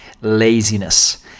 laziness